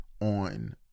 on